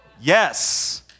Yes